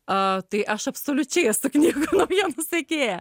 a tai aš absoliučiai esu knygų naujienų sekėja